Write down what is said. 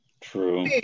True